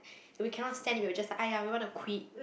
if we cannot stand it we will just !aiya! we want to quit